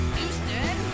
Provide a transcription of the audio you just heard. Houston